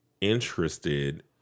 interested